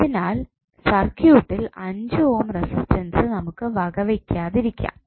അതിനാൽ സർക്യൂട്ടിൽ 5 ohm resistance നമുക്ക് വകവയ്ക്കാത്തിരിക്കാം